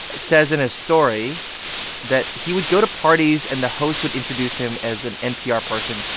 says in his story that he would go to parties and the host would introduce him as an npr person.